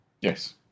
Yes